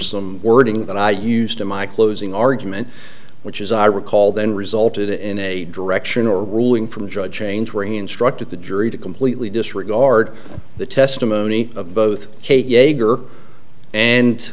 some wording that i used to my closing argument which is i recall then resulted in a direction or ruling from judge change where a instructed the jury to completely disregard the testimony of both